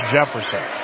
Jefferson